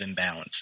imbalances